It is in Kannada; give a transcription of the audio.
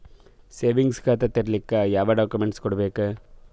ಸೇವಿಂಗ್ಸ್ ಖಾತಾ ತೇರಿಲಿಕ ಯಾವ ಡಾಕ್ಯುಮೆಂಟ್ ಕೊಡಬೇಕು?